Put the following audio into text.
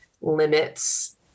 limits